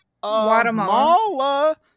Guatemala